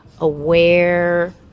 aware